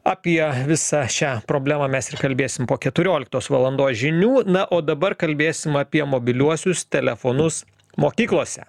apie visą šią problemą mes ir kalbėsim po keturioliktos valandos žinių na o dabar kalbėsim apie mobiliuosius telefonus mokyklose